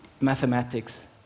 mathematics